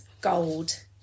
gold